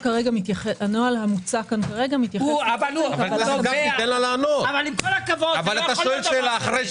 עם כל הכבוד, לא יכול להיות דבר כזה.